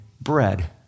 bread